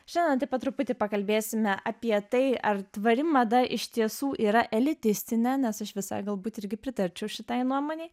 šiandien taip pat truputį pakalbėsime apie tai ar tvari mada iš tiesų yra elitistinė nes aš visai galbūt irgi pritarčiau šitai nuomonei